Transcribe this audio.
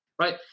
Right